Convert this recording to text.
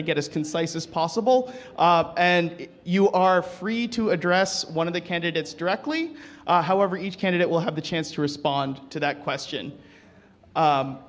to get as concise as possible and you are free to address one of the candidates directly however each candidate will have a chance to respond to that question